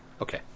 Okay